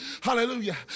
Hallelujah